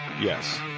Yes